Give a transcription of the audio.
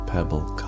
Pebble